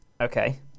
Okay